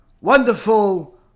wonderful